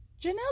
Janelle